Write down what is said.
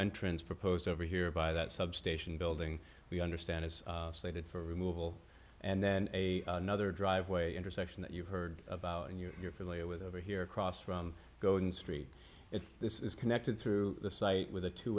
entrance proposed over here by that substation building we understand is slated for removal and then a nother driveway intersection that you've heard about and you're familiar with over here across from golden street it's this is connected through the site with a two